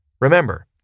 Remember